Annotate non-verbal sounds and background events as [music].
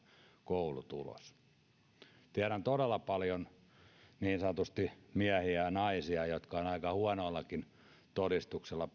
koulutulos tiedän todella paljon niin sanotusti miehiä ja naisia jotka ovat aika huonollakin todistuksella [unintelligible]